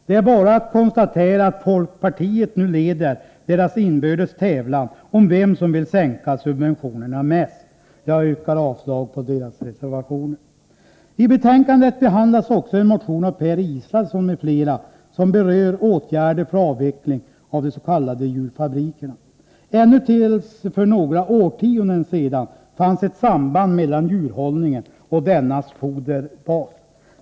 Det är bara att konstatera att folkpartiet nu leder deras inbördes tävlan om vem som vill sänka subventionerna mest. Jag yrkar avslag på deras reservationer. I betänkandet behandlas också en motion av Per Israelsson m.fl., som berör åtgärder för avveckling av de s.k. djurfabrikerna. Ända till för några årtionden sedan fanns ett samband mellan djurhållningen och dennas foderbas.